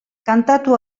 kantatu